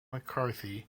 mccarthy